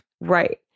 Right